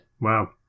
Wow